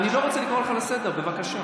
אני לא רוצה לקרוא אותך לסדר, בבקשה.